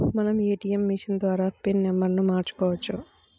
మనం ATM machine ద్వారా pin నెంబర్ను మార్చుకోవచ్చు